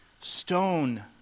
stone